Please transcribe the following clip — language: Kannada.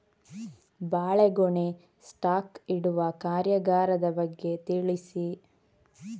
ಬಾಳೆಗೊನೆ ಸ್ಟಾಕ್ ಇಡುವ ಕಾರ್ಯಗಾರದ ಬಗ್ಗೆ ತಿಳಿಸಿ